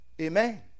Amen